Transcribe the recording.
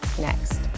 next